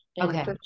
Okay